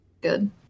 good